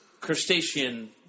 Crustacean